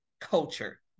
culture